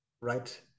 Right